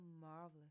marvelous